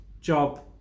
job